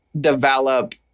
develop